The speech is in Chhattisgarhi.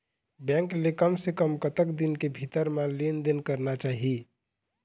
बैंक ले कम से कम कतक दिन के भीतर मा लेन देन करना चाही?